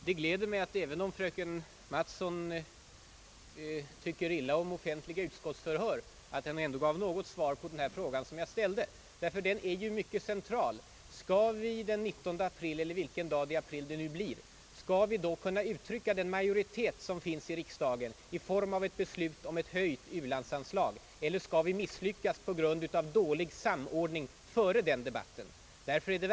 Herr talman! Det gläder mig att fröken Mattson, fastän hon tycker illa om offentliga utskottsförhör, i alla fall gav något slags svar på den fråga jag ställde. Det är nämligen mycket betydelsefullt att få veta om vi den 19 april — eller vilken dag i april frågan nu kommer upp — skall kunna uttrycka den majoritet för ökad u-hjälp som finns i riksdagen i form av ett beslut om ett höjt u-landsanslag. Eller om vi skall misslyckas på grund av dålig samordning före den debatten och det avgörandet.